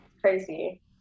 Crazy